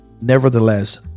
Nevertheless